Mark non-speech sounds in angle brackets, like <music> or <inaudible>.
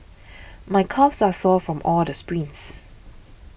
my calves are sore from all the sprints <noise>